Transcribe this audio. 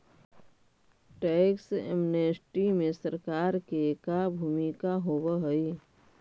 tax amnesty में सरकार के का भूमिका होव हई